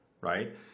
right